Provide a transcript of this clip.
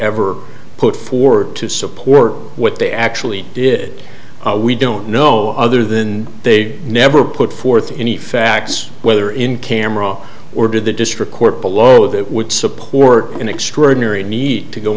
ever put forward to support what they actually did we don't know other than they never put forth any facts whether in camera or did the district court below that would support an extraordinary need to go